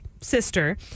sister